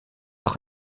auch